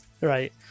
right